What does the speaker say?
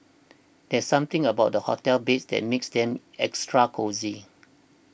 there's something about the hotel beds that makes them extra cosy